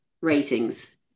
ratings